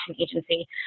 Agency